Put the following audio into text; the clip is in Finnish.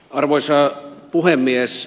arvoisa puhemies